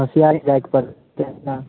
होशिआरीसँ जाएके पड़तै नहि